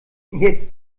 jetzt